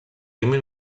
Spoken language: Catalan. límit